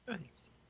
Nice